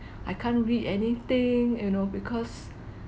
I can't read anything you know because